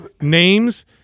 names